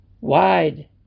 Wide